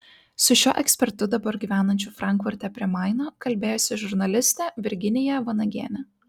su šiuo ekspertu dabar gyvenančiu frankfurte prie maino kalbėjosi žurnalistė virginija vanagienė